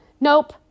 Nope